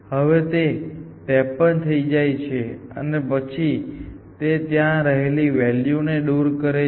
હવે તે 53 થઈ જાય છે અને પછી તે ત્યાં રહેલી વૅલ્યુ ને દૂર કરે છે